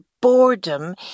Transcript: Boredom